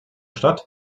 statt